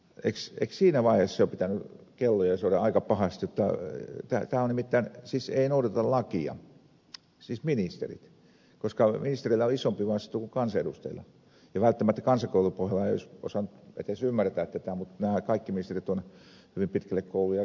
eikö siinä vaiheessa jo pitänyt kellojen soida aika pahasti jotta ei siis noudateta lakia siis ministerit koska ministereillä on isompi vastuu kuin kansanedustajilla ja välttämättä kansakoulupohjalla ei olisi osannut edes ymmärtää tätä mutta nämä kaikki ministerit ovat hyvin pitkälle kouluja käyneitä